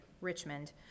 Richmond